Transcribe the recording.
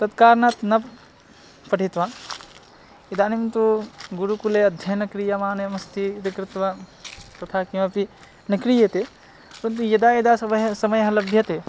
तत्कारणात् न पठित्वा इदानीं तु गुरुकुले अध्ययनक्रियमानमस्ति इति कृत्वा तथा किमपि न क्रियते परन्तु यदा यदा समयः समयः लभ्यते